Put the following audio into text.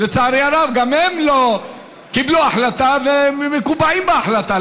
לצערי הרב, גם הם קיבלו החלטה והם מקובעים בהחלטה.